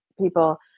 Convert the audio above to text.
people